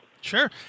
Sure